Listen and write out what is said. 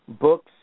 books